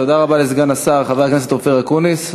תודה רבה לסגן השר חבר הכנסת אופיר אקוניס.